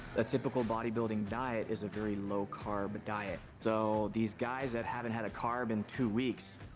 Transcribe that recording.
a typical bodybuilding diet is a very low carb diet, so these guys that haven't had a carb in two weeks,